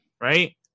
right